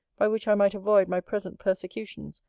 by which i might avoid my present persecutions,